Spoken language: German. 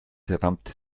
rammt